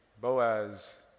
Boaz